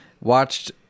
watched